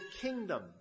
kingdom